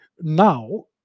Now